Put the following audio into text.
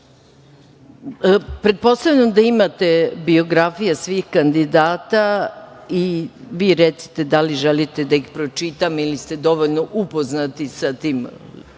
ustanove. Pretpostavljam da imate biografije svih kandidata. Vi recite da li želite da ih pročitam ili ste dovoljno upoznati sa